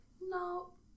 No